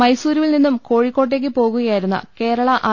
മൈസൂരുവിൽ നിന്നും കോഴിക്കോട്ടേക്ക് പോകുകയായിരുന്ന കേരള ആർ